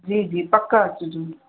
जी जी पक अचिजो